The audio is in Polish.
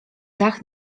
dach